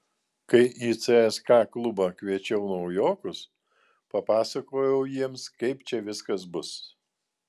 kai į cska klubą kviečiau naujokus papasakojau jiems kaip čia viskas bus